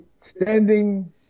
standing